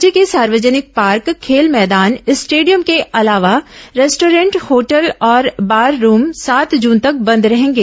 राज्य के सार्वजनिक पार्क खेल मैदान स्टेडियम के अलावा रेस्टॉरेंट होटल और बार रूम सात जून तक बंद रहेंगे